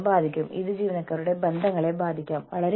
union ഓർഗനൈസേഷനിലൂടെ നിങ്ങൾക്ക് ഇത് ചെയ്യാൻ കഴിയും